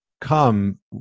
come